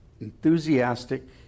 enthusiastic